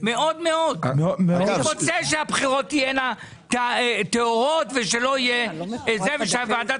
אני רוצה שהבחירות תהיינה טהורות ושוועדת